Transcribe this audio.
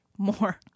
More